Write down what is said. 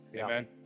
Amen